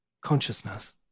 consciousness